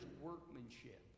workmanship